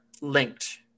linked